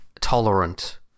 tolerant